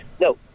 No